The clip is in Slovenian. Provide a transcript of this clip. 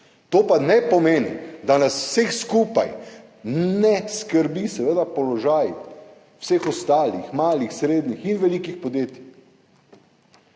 To pa ne pomeni, da nas vseh skupaj ne skrbi seveda položaj vseh ostalih malih, srednjih in velikih podjetij